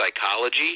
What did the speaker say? psychology